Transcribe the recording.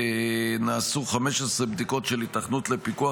נעשו 15 בדיקות של ייתכנות לפיקוח.